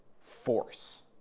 force